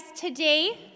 today